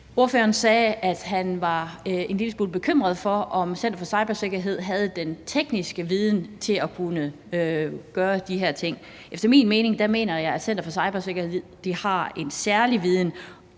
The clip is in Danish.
Ordføreren sagde, at han var en lille smule bekymret for, om Center for Cybersikkerhed havde den tekniske viden til at kunne gøre de her ting. Jeg mener, at Center for Cybersikkerhed har en særlig viden